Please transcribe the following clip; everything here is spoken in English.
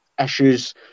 issues